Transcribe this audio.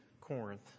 Corinth